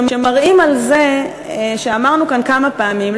שמראים אמרנו כאן כמה פעמים,